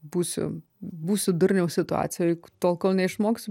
būsiu būsiu durniaus situacijoj tol kol neišmoksiu